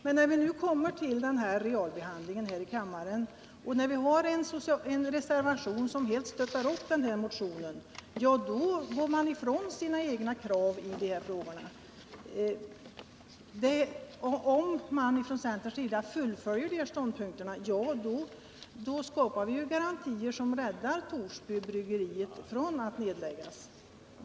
Men när vi nu kommer till realbehandlingen i kammaren och när vi har en reservation som helt stöttar upp den här motionen, då går man ifrån sina egna krav. Om man från centerns sida fullföljer sina ståndpunkter, så kan vi skapa garantier som räddar Torsby bryggeri från att läggas ned.